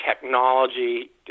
technology